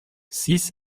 six